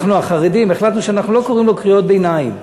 אנחנו החרדים החלטנו שאנחנו לא קוראים לו קריאות ביניים,